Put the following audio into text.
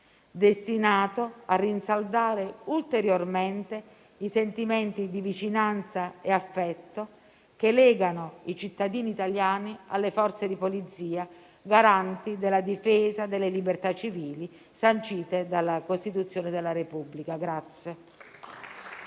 destinato a rinsaldare ulteriormente i sentimenti di vicinanza e affetto che legano i cittadini italiani alle Forze di polizia, garanti della difesa delle libertà civili sancite dalla Costituzione della Repubblica.